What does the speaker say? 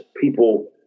people